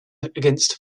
against